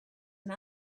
and